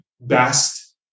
best